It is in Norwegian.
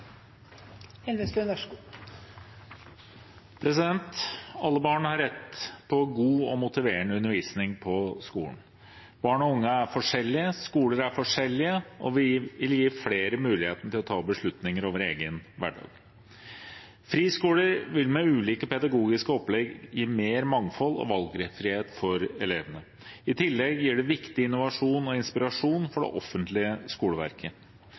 forskjellige, skoler er forskjellige, og vi vil gi flere muligheten til å ta beslutninger i egen hverdag. Friskoler vil med ulike pedagogiske opplegg gi mer mangfold og valgfrihet for elevene. I tillegg gir det viktig innovasjon og inspirasjon for det offentlige skoleverket.